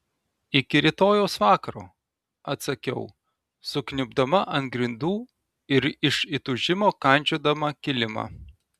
iki rytojaus vakaro atsakiau sukniubdama ant grindų ir iš įtūžimo kandžiodama kilimą